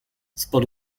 spod